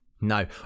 no